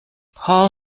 hall